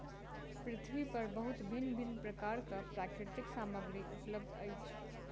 पृथ्वी पर बहुत भिन्न भिन्न प्रकारक प्राकृतिक सामग्री उपलब्ध अछि